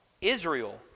Israel